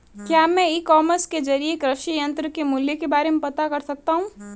क्या मैं e commerce के ज़रिए कृषि यंत्र के मूल्य के बारे में पता कर सकता हूँ?